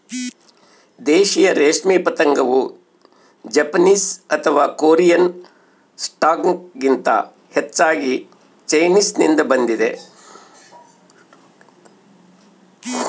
ದೇಶೀಯ ರೇಷ್ಮೆ ಪತಂಗವು ಜಪಾನೀಸ್ ಅಥವಾ ಕೊರಿಯನ್ ಸ್ಟಾಕ್ಗಿಂತ ಹೆಚ್ಚಾಗಿ ಚೈನೀಸ್ನಿಂದ ಬಂದಿದೆ